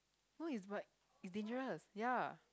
so it's what it's dangerous ya